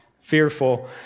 Fearful